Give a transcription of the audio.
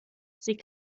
sie